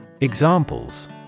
Examples